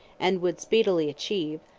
and would speedily achieve,